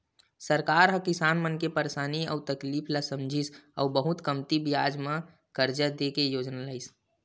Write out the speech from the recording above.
सरकार ह किसान मन के परसानी अउ तकलीफ ल समझिस अउ बहुते कमती बियाज म करजा दे के योजना लइस